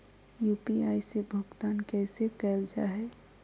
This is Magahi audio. यू.पी.आई से भुगतान कैसे कैल जहै?